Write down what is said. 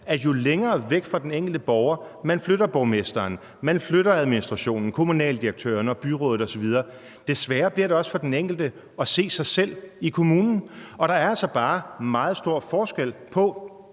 at jo længere væk fra den enkelte borger, man flytter borgmesteren, man flytter administrationen, kommunaldirektøren, byrådet osv., des værre bliver det så for den enkelte at se sig selv i kommunen. Der er altså bare meget stor forskel på,